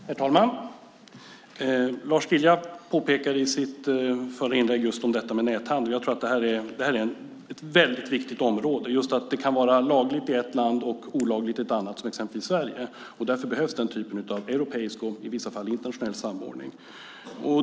Herr talman! Lars Lilja tog i sitt förra inlägg upp just detta med näthandel. Jag tror att det är ett väldigt viktigt område. Just för att det kan vara lagligt i ett land och olagligt i ett annat, exempelvis Sverige, behövs det en europeisk och i vissa fall internationell samordning.